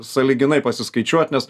sąlyginai pasiskaičiuot nes